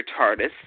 TARDIS